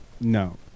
No